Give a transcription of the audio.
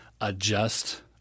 adjust